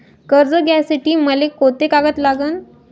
कर्ज घ्यासाठी मले कोंते कागद लागन?